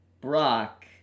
Brock